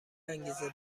انگیزه